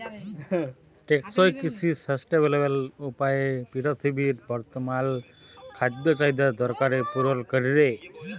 টেকসই কিসি সাসট্যালেবেল উপায়ে পিরথিবীর বর্তমাল খাদ্য চাহিদার দরকার পুরল ক্যরে